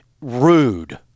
rude